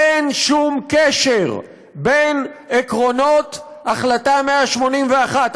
אין שום קשר בין עקרונות החלטה 181,